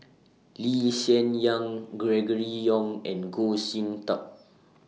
Lee Hsien Yang Gregory Yong and Goh Sin Tub